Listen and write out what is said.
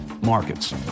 markets